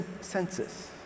census